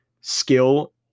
skill